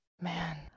Man